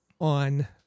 on